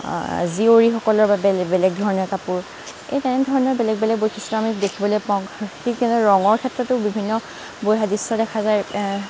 জীয়ৰীসকলৰ বাবে বেলেগ ধৰণৰ কাপোৰ এই তেনেধৰণৰ বেলেগ বেলেগ বৈশিষ্ট্য আমি দেখিবলৈ পাওঁ ঠিক তীদৰে ৰঙৰ ক্ষেত্ৰতো বিভিন্ন বৈশিষ্ট্য দেখা যায়